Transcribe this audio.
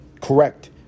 Correct